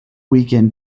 weekend